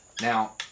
Now